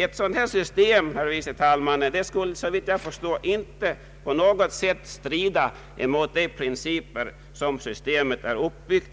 Ett sådant system, herr förste vice talman, skulle såvitt jag förstår inte på något sätt strida mot de principer varpå systemet är uppbyggt,